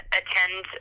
attend